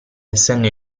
essendo